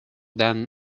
than